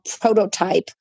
prototype